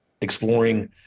exploring